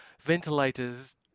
ventilators